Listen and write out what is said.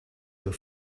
were